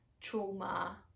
trauma